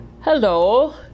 Hello